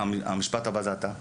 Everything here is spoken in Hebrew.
המשפט הבא מדבר עליך.